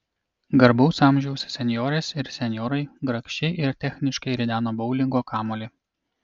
garbaus amžiaus senjorės ir senjorai grakščiai ir techniškai rideno boulingo kamuolį